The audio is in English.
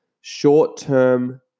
short-term